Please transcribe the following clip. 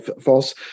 false